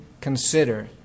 consider